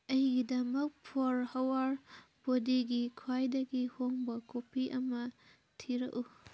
ꯑꯩꯒꯤꯗꯃꯛ ꯐꯣꯔ ꯍꯋꯥꯔ ꯕꯣꯗꯤꯒꯤ ꯈ꯭ꯋꯥꯏꯗꯒꯤ ꯍꯣꯡꯕ ꯀꯣꯄꯤ ꯑꯃ ꯊꯤꯔꯛꯎ